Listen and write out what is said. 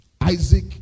Isaac